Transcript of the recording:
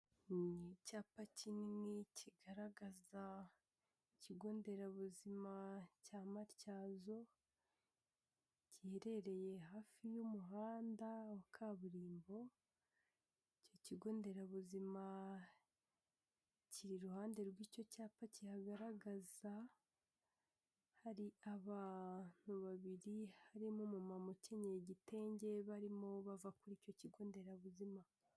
Ni icyapa kinini kigaragaza ikigo nderabuzima cya Matyazo giherereye hafi y'umuhanda wa kaburimbo, icyo kigo nderabuzima kiri iruhande rw'icyo cyapa kihagaragaza, hari abantu babiri barimo umu mama ukenyeye igitenge, barimo bava kuri icyo kigo nderabuzima.